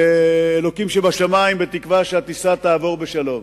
לאלוקים שבשמים, בתקווה שהטיסה תעבור בשלום.